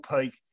peak